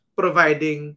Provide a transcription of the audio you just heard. providing